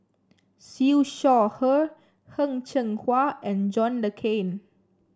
Siew Shaw Her Heng Cheng Hwa and John Le Cain